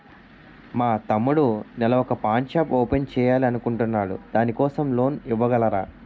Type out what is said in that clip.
మా తమ్ముడు నెల వొక పాన్ షాప్ ఓపెన్ చేయాలి అనుకుంటునాడు దాని కోసం లోన్ ఇవగలరా?